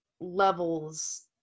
levels